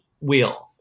wheel